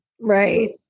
Right